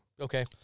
Okay